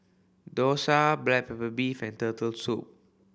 dosa black pepper beef and Turtle Soup